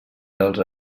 dels